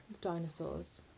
Dinosaurs